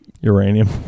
uranium